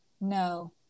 no